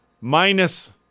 Minus